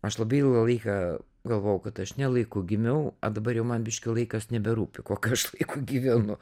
aš labai ilgą laiką galvojau kad aš ne laiku gimiau a dabar jau man biškį laikas neberūpi kokiu aš laiku gyvenu